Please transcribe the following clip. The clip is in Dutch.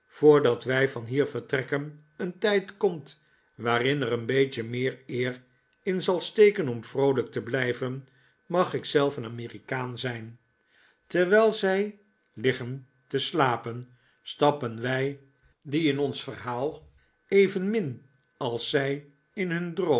voordat wij van hier vertrekken een tijd komt waarin er een beetje meer eer in zal steken om vroolijk te blijven mag ik zelf een amerikaan zijn terwijl zij liggen te slapen stappen wij die in ons verhaal evenmin als zij in hun